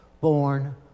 born